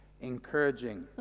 encouraging